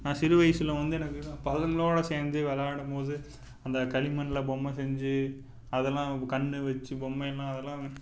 நான் சிறு வயசில் வந்து எனக்கு பசங்களோட சேர்ந்து விளையாடும் போது அந்த களிமண்ல பொம்மை செஞ்சு அதெல்லாம் கண் வச்சி பொம்மையெல்லாம் அதெலாம்